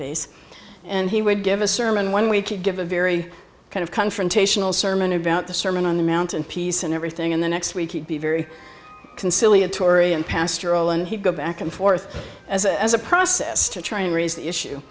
base and he would give a sermon when we could give a very kind of confrontational sermon about the sermon on the mount and peace and everything in the next week he'd be very conciliatory and pastoral and he'd go back and forth as a process to try to raise the issue